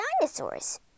dinosaurs